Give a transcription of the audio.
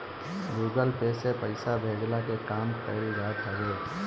Google Pay से पईसा भेजला के काम कईल जात हवे